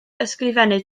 ysgrifennu